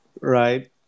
right